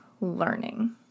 learning